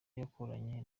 yakoranye